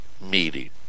meeting